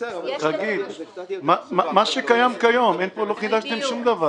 זה מה שקיים כיום, לא חידשתם שום דבר.